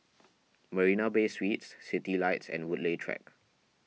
Marina Bay Suites Citylights and Woodleigh Track